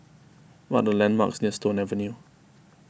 what are the landmarks near Stone Avenue